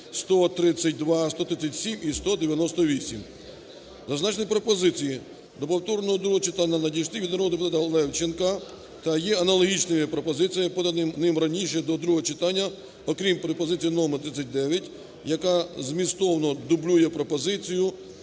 132, 137 і 198). Зазначені пропозиції до повторного другого читання надійшли від народного депутатаЛевченка та є аналогічні пропозиції, подані ним раніше до другого читання, окрім пропозиції номер 39, яка змістовно дублює пропозицію